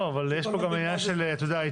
לא, אבל יש פה גם עניין של התפרעות.